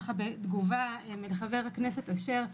בתגובה לחה"כ אשר,